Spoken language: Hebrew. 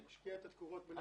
אתה מתייחס למוצר